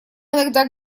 иногда